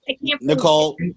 Nicole